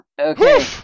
Okay